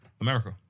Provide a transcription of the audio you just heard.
America